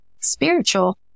spiritual